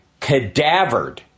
cadavered